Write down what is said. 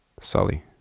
Sully